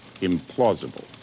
implausible